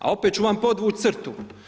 A opet ću vam podvući crtu.